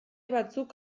batzuk